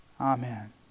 Amen